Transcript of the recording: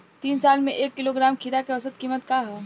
तीन साल से एक किलोग्राम खीरा के औसत किमत का ह?